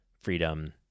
freedom